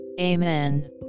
Amen